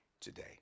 today